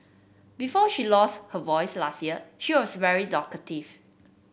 before she lost her voice last year she was very talkative